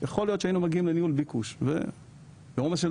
יכול להיות שהיינו במינון ביקוש בעומס שהוא,